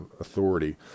authority